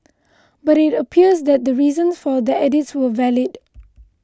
but it appears that the reasons for the edits were valid